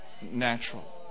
natural